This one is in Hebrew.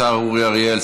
השר אורי אריאל,